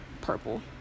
purple